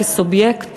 כסובייקט